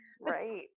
Right